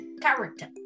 character